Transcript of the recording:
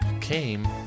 came